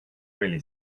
really